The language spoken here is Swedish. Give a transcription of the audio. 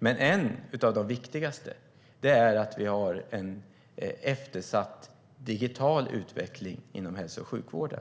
En av de viktigaste är att vi har en eftersatt digital utveckling inom hälso och sjukvården.